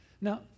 Now